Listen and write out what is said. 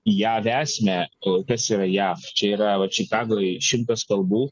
jav esmę kas yra jav čia yra vat čikagoj šimtas kalbų